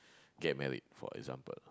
get married for example